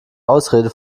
ausrede